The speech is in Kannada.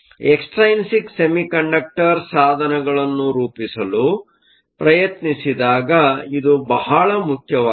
ಎಕ್ಸ್ಟ್ರೈನ್ಸಿಕ್ ಸೆಮಿಕಂಡಕ್ಟರ್Extrinsic semiconductor ಸಾಧನಗಳನ್ನು ರೂಪಿಸಲು ಪ್ರಯತ್ನಿಸಿದಾಗ ಇದು ಬಹಳ ಮುಖ್ಯವಾಗಿದೆ